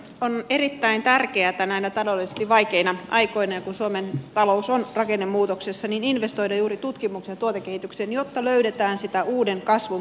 on erittäin tärkeätä näinä taloudellisesti vaikeina aikoina ja kun suomen talous on rakennemuutoksessa investoida juuri tutkimukseen ja tuotekehitykseen jotta löydetään sitä uuden kasvun mahdollisuutta